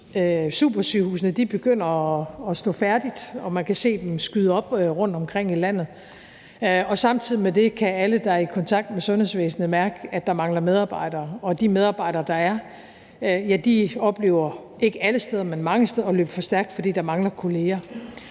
Supersygehusene begynder at stå færdige, og man kan se dem skyde op rundtomkring i landet. Samtidig med det kan alle, der er i kontakt med sundhedsvæsenet, mærke, at der mangler medarbejdere, og de medarbejdere, der er, oplever – ikke alle steder, men mange steder – at løbe for stærkt, fordi der mangler kolleger.